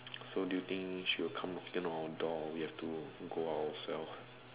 so do you think she will come within our door or we have to go ourself